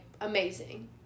amazing